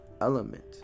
element